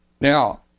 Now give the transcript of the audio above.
Now